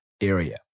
area